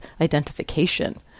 identification